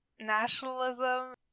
nationalism